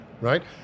right